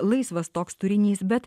laisvas toks turinys bet